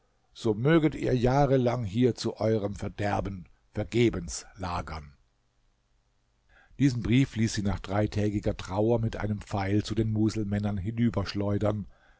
so möget ihr jahrelang hier zu eurem verderben vergebens lagern diesen brief ließ sie nach dreitägiger trauer mit einem pfeil zu den muselmännern